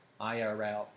IRL